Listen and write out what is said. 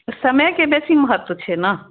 समय के बेसी महत्त्व छै ने